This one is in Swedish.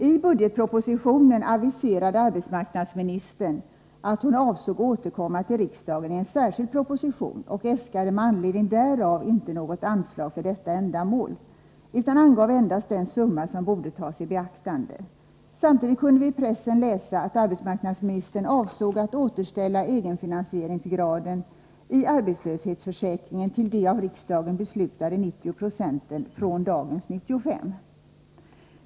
I budgetpropositionen aviserade arbetsmarknadsministern att hon avsåg återkomma till riksdagen i en särskild proposition och äskade med anledning därav inte något anslag för detta ändamål utan angav endast den summa som borde tas i beaktande. Samtidigt kunde vi i pressen läsa att arbetsmarknadsministern avsåg att återställa egenfinansieringsgraden i arbetslöshetsförsäkringen till av riksdagen beslutade 90 96 från dagens 95 90.